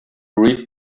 read